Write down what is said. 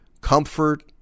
comfort